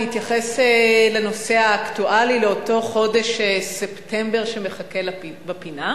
להתייחס לנושא האקטואלי לאותו חודש ספטמבר שמחכה בפינה.